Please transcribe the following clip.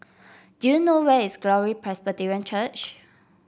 do you know where is Glory Presbyterian Church